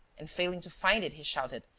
and failing to find it, he shouted,